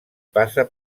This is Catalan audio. passa